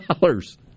dollars